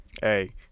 Hey